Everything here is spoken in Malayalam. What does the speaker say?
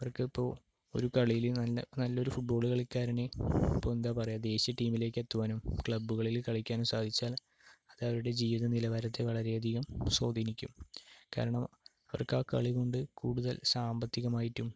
അവർക്ക് ഇപ്പോൾ ഒരു കളിയിൽ നല്ല നല്ലൊരു ഫുട്ബോൾ കളിക്കാരനെ ഇപ്പോൾ എന്താ പറയുക ദേശീയ ടീമിലേക്ക് എത്തുവാനും ക്ലബ്ബുകളിൽ കളിക്കാനും സാധിച്ചാൽ അത് അവരുടെ ജീവിത നിലവാരത്തെ വളരെയധികം സ്വാധീനിക്കും കാരണം അവർക്ക് ആ കളി കൊണ്ട് കൂടുതൽ സാമ്പത്തികമായിട്ടും